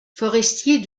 forestier